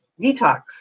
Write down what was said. detox